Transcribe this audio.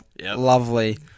Lovely